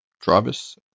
Travis